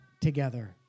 together